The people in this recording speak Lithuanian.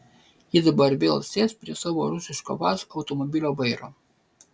ji dabar vėl sės prie savo rusiško vaz automobilio vairo